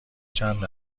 چند